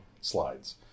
slides